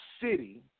city